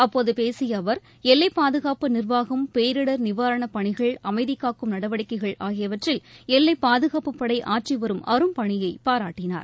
அப்போது பேசிய அவர் எல்லைப் பாதுகாப்பு நிர்வாகம் பேரிடர் நிவாரணப் பணிகள் அமைதி காக்கும் நடவடிக்கைகள் ஆகியவற்றில் எல்லைப் பாதுகாப்புப் படை ஆற்றிவரும் அரும்பணியை பாராட்டினார்